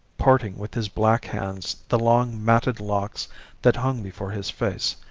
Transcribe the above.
parting with his black hands the long matted locks that hung before his face,